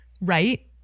Right